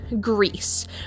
Greece